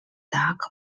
dark